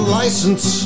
license